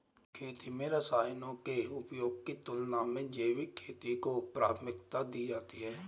खेती में रसायनों के उपयोग की तुलना में जैविक खेती को प्राथमिकता दी जाती है